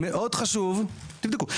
תבדקו.